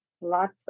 lots